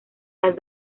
las